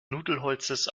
nudelholzes